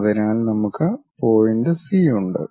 അതിനാൽ നമുക്ക് point C ഉണ്ട്